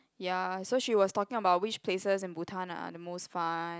ya so she was talking about which places in Bhutan are the most fun